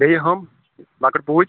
بیٚیہِ ہُم لکٕٹۍ پوٗتۍ